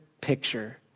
picture